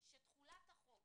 שתחולת החוק